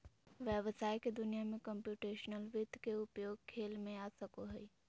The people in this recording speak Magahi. व्हवसाय के दुनिया में कंप्यूटेशनल वित्त के उपयोग खेल में आ सको हइ